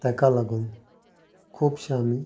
ताका लागून खुबशे आमी